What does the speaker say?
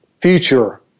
future